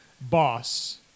boss